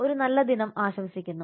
ഒരു നല്ല ദിനം ആശംസിക്കുന്നു